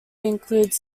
include